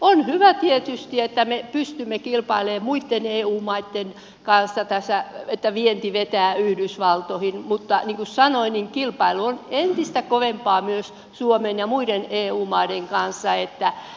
on hyvä tietysti että me pystymme kilpailemaan muitten eu maitten kanssa tässä että vienti vetää yhdysvaltoihin mutta niin kuin sanoin kilpailu on entistä kovempaa myös suomen ja muiden eu maiden välillä